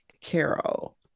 Carol